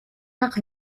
nach